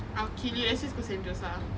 I'll kill you let's just go sentosa